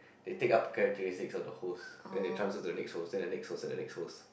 they take up characteristics of the host then they transfer to the next host then the next host and the next host